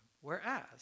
Whereas